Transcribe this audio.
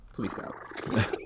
please